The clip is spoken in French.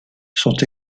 sont